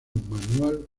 manual